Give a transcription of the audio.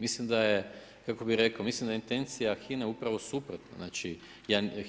Mislim da je, kako bi rekao, mislim da je intencija HINA upravo suprotno, znači